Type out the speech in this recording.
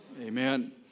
Amen